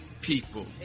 people